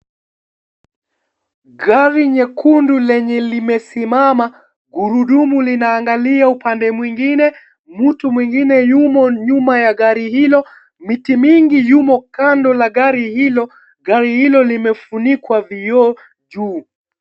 Gari nyekundu lenye lililosimama, gurudumu linaangalia upande mwingine. Mtu mwingine yumo nyuma ya gari hilo. Miti mingi yumo kando la gari hilo, gari hilo limefunikwa vioo juu.